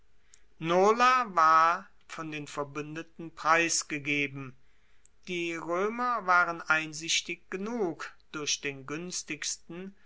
nola war von den verbuendeten preisgegeben die roemer waren einsichtig genug durch den guenstigsten